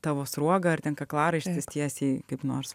tavo sruoga ar ten kaklaraištis tiesiai kaip nors